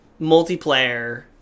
multiplayer